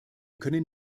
können